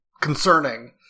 concerning